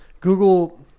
google